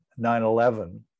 9-11